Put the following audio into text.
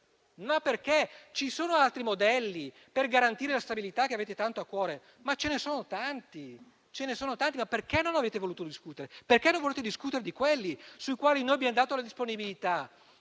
discutere. Ci sono altri modelli per garantire quella stabilità che avete tanto a cuore. Ce ne sono tanti, perché non ne avete voluto discutere? Perché non volete discutere di quelli sui quali noi abbiamo dato la nostra disponibilità?